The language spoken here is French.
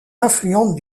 influentes